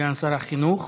סגן שר החינוך.